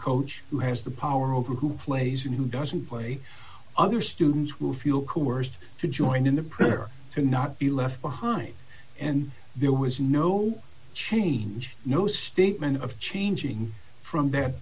coach who has the power over who plays and who doesn't play other students who feel coerced to join in the prayer to not be left behind and there was no change no statement of changing from th